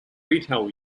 retail